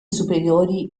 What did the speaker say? superiori